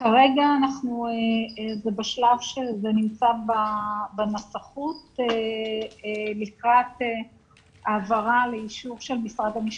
כרגע זה נמצא בנסחות לקראת העברה לאישור של משרד המשפטים.